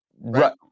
right